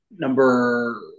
Number